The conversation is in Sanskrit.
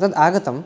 तत् आगतम्